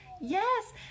yes